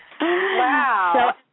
Wow